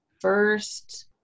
first